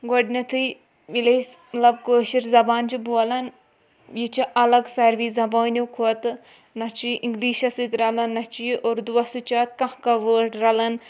گۄڈٕنٮ۪تھٕے ییٚلہِ أسۍ مطلب کٲشٕر زبان چھِ بولان یہِ چھِ اَلگ ساروی زبانیو کھۄتہٕ نَہ چھِ یہِ اِنٛگلِشَس سۭتۍ رَلان نَہ چھِ یہِ اردُوَس سۭتۍ چھِ اَتھ کانٛہہ کانٛہہ وٲڈ رَلان